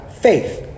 faith